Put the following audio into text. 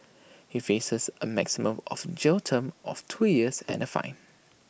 he faces A maximum of jail term of two years and A fine